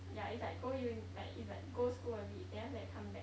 yeah it's like go uni~ like it's like go school a bit then after that come back